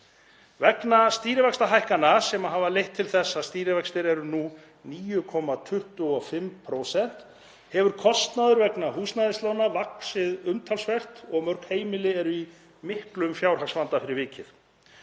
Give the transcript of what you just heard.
Vegna stýrivaxtahækkana sem hafa leitt til þess að stýrivextir eru nú 9,25% hefur kostnaður vegna húsnæðislána vaxið umtalsvert og mörg heimili eru í miklum fjárhagsvanda fyrir vikið.